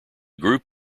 group